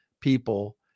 people